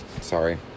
Sorry